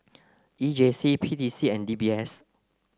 E J C P T C and D B S